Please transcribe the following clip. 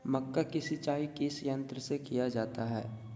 मक्का की सिंचाई किस यंत्र से किया जाता है?